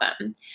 Awesome